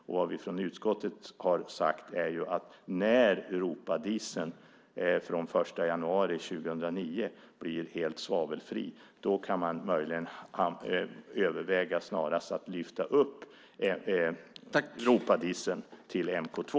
Vad vi har sagt från utskottet är ju att när europadieseln från den 1 januari 2009 blir helt svavelfri kan man möjligen överväga att snarast lyfta upp europadieseln till mk 2.